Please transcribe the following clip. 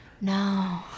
No